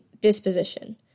disposition